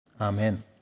Amen